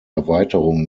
erweiterung